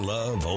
Love